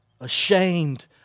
ashamed